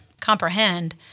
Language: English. comprehend